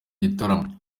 gitaramo